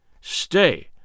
Stay